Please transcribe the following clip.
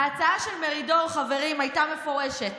ההצעה של מרידור, חברים, הייתה מפורשת.